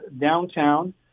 downtown